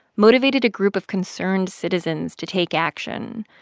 motivated a group of concerned citizens to take action.